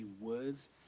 words